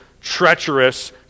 treacherous